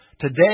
Today